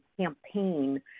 campaign